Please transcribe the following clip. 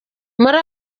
muri